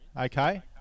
Okay